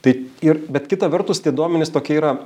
tai ir bet kita vertus tie duomenys tokie yra